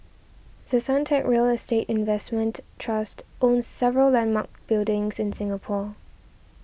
The Suntec real estate investment trust owns several landmark buildings in Singapore